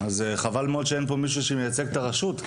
חבל מאוד שאין פה מישהו שמייצג את הרשות,